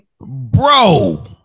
Bro